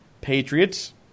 Patriots